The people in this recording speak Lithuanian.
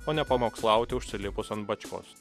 o nepamokslauti užsilipus ant bačkos